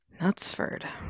Nutsford